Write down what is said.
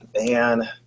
man